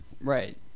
Right